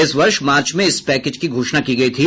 इस वर्ष मार्च में इस पैकेज की घोषणा की गयी थी